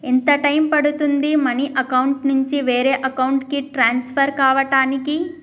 ఎంత టైం పడుతుంది money account నుంచి వేరే అకౌంట్ కి ట్రాన్స్ఫర్ కావటానికి?